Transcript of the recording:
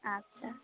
ᱟᱪᱪᱷᱟ